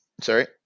Sorry